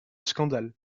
scandale